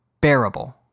bearable